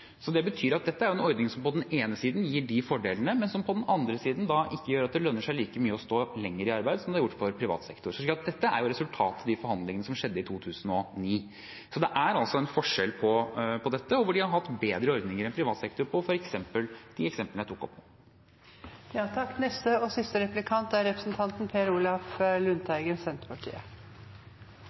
Det betyr at dette er en ordning som på den ene siden gir de fordelene, men som på den andre siden gjør at det ikke lønner seg like mye å stå lenger i arbeid som det har gjort for privat sektor. Dette er et resultat av forhandlingene som skjedde i 2009. Så det er altså en forskjell på dette, der de har hatt bedre ordninger enn privat sektor, f.eks. i de eksemplene jeg tok opp nå. Vitnemålet i rettssaken er presist gjengitt fra oss. Statsråden sier at det ikke er